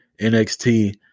NXT